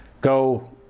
go